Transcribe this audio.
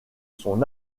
son